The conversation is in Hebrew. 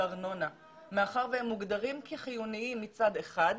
ארנונה מאחר והם מוגדרים כחיוניים מצד אחד,